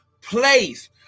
place